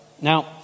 Now